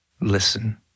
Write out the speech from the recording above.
Listen